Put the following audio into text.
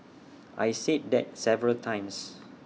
I said that several times